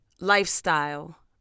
lifestyle